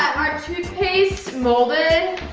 our toothpaste molded.